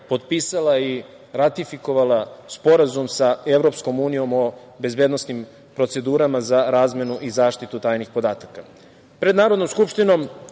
i ratifikovala Sporazum sa EU o bezbednosnim procedurama za razmenu i zaštitu tajnih podataka. Pred